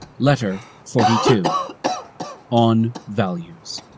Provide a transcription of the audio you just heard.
letter forty two on values.